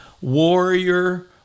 warrior